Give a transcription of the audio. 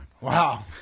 Wow